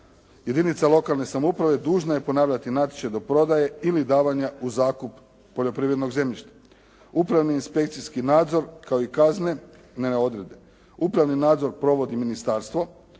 Jedinica lokalne samouprave dužna je ponavljati natječaj do prodaje ili davanja u zakup poljoprivrednog zemljišta. Upravni inspekcijski nadzor kao i kazne, ne odredbe. Upravni nadzor provodi ministarstvo